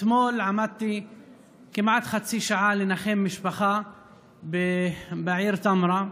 אתמול עמדתי כמעט חצי שעה לנחם משפחה בעיר טמרה,